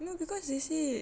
no cause they said